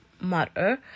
Matter